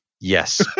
Yes